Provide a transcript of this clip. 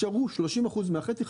יישארו 30% מהחצי,